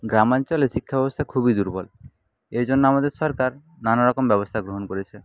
গ্রামাঞ্চলে শিক্ষা ব্যবস্থা খুবই দুর্বল এইজন্য আমাদের সরকার নানারকম ব্যবস্থা গ্রহণ করেছে